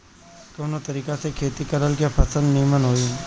कवना तरीका से खेती करल की फसल नीमन होई?